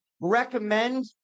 recommend